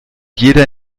jeder